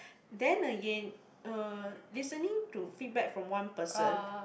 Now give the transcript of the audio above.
then again uh listening to feedback from one person